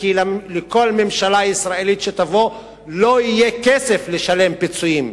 כי לכל ממשלה ישראלית שתבוא לא יהיה כסף לשלם פיצויים.